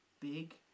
big